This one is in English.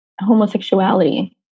homosexuality